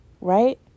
right